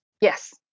Yes